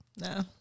No